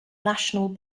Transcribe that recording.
national